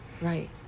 right